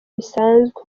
bisanzwe